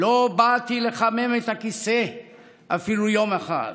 "לא באתי לחמם את הכיסא אפילו יום אחד".